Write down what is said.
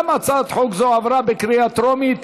הצעת החוק עברה בקריאה טרומית.